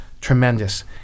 tremendous